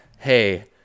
hey